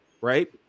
right